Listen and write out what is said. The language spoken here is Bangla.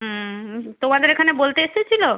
হুম তোমাদের এখানে বলতে এসেছিল